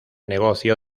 negocio